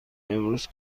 امروز